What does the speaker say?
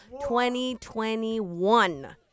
2021